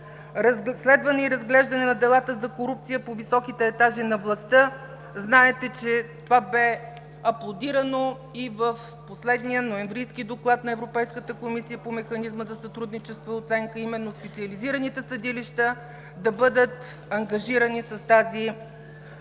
разследване и разглеждане на делата за корупция по високите етажи на властта. Знаете, че това бе аплодирано и в последния ноемврийски Доклад на Европейската комисия по механизма за сътрудничество и оценка, именно специализираните съдилища да бъдат ангажирани с това